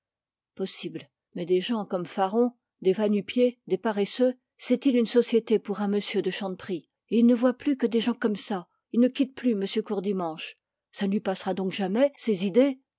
mais des faron des va-nu-pieds des paresseux c'est-il une société pour un m de chanteprie et il ne voit plus que des gens comme ça il ne quitte plus m courdimanche ça ne lui passera donc jamais ces idées